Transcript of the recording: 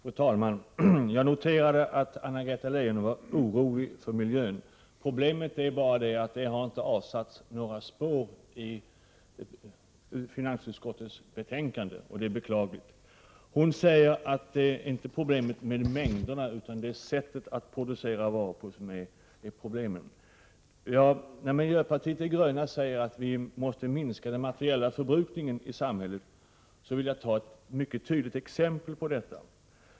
Fru talman! Jag noterade att Anna-Greta Leijon uttryckte oro för miljön. Problemet är bara att det inte har avsatt några spår i finansutskottets betänkande, och det är beklagligt. Hon sade att det inte är mängden varor utan sättet att producera varor som är problemet. Miljöpartiet de gröna säger att vi måste minska den materiella förbrukningen i samhället. Jag vill anföra ett mycket tydligt exempel på detta.